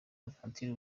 bonaventure